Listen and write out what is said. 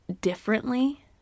differently